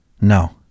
No